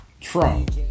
Trump